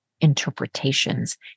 interpretations